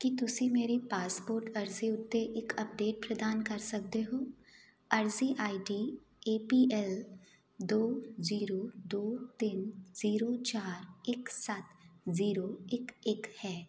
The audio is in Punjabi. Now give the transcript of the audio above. ਕੀ ਤੁਸੀਂ ਮੇਰੀ ਪਾਸਪੋਰਟ ਅਰਜ਼ੀ ਉੱਤੇ ਇੱਕ ਅੱਪਡੇਟ ਪ੍ਰਦਾਨ ਕਰ ਸਕਦੇ ਹੋ ਅਰਜ਼ੀ ਆਈਡੀ ਏ ਪੀ ਐਲ ਦੋ ਜੀਰੋ ਦੋ ਤਿੰਨ ਜੀਰੋ ਚਾਰ ਇੱਕ ਸੱਤ ਜੀਰੋ ਇੱਕ ਇੱਕ ਹੈ